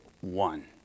one